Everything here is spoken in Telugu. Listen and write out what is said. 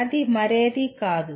అది మరేదీ కాదు